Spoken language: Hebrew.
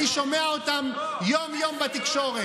אני שומע אותם יום-יום בתקשורת.